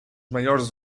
maiores